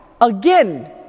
again